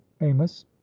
amos